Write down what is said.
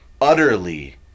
utterly